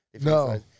No